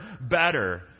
better